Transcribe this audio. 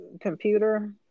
computer